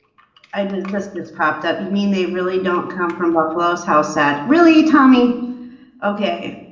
i mean but it's propped up. you mean they really don't come from buffalo's how sad really tommy okay,